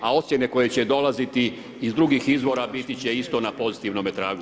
A ocjene koje će dolaziti iz drugih izvora biti će isto na pozitivnome tragu.